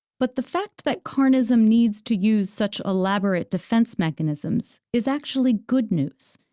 but the fact that carnism needs to use such elaborate defense mechanisms is actually good news.